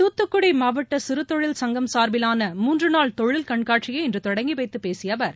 தூத்துக்குடி மாவட்ட சிறுதொழில் சங்கம் சார்பிலான மூன்று நாள் தொழில் கண்காட்சியை இன்று தொடங்கிவைத்து பேசிய அவர்